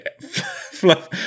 fluff